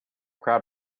crowd